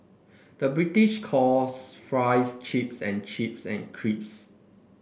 the British calls fries chips and chips and crips